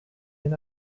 den